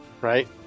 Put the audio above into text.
right